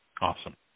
Awesome